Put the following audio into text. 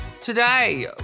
Today